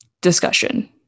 discussion